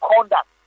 conduct